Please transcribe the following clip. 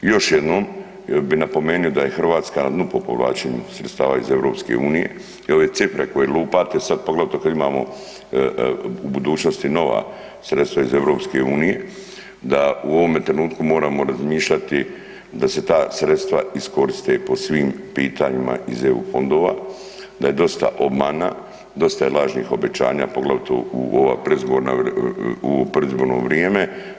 Još jednom bi napomenuo da je Hrvatska na dnu po povlačenju sredstava iz EU i ove cifre koje lupate sad poglavito kad imamo u budućnosti nova sredstva iz EU da u ovome trenutku moramo razmišljati da se ta sredstva iskoriste po svim pitanjima iz eu fondova, da je dosta obmana, dosta je lažnih obećanja, poglavito u ovo predizborno vrijeme.